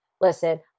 Listen